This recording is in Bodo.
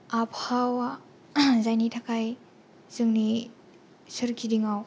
आबहावा जायनि थाखाय जोंनि सोरगिदिंआव